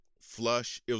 flush